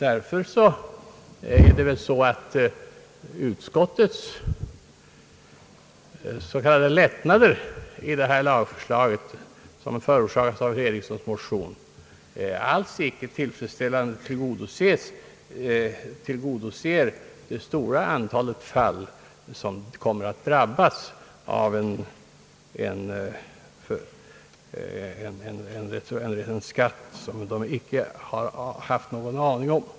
Därför är det väl så att de av utskottet gjorda s.k. lättnaderna i förslaget i herr Erikssons motion alls inte tillgodoser det stora antalet fall där man kommer att drabbas av en skatt som man inte haft någon aning om.